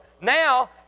now